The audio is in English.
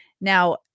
Now